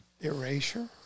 Erasure